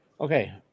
Okay